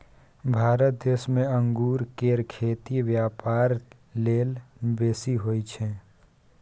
भारत देश में अंगूर केर खेती ब्यापार लेल बेसी होई छै